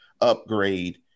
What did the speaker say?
upgrade